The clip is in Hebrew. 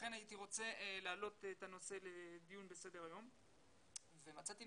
לכן הייתי רוצה להעלות את הנושא לסדר היום לדיון ומצאתי